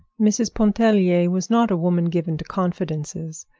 mrs. pontellier was not a woman given to confidences,